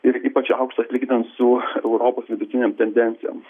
ir ypač aukštas lyginant su europos vidutinėm tendencijom